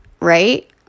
right